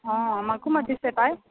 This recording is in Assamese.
অঁ আমাকো মাতিছে পায়